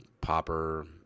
popper